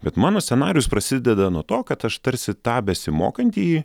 bet mano scenarijus prasideda nuo to kad aš tarsi tą besimokantįjį